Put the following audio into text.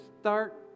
start